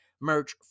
merch